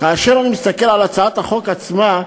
כאשר אני מסתכל על הצעת החוק עצמה,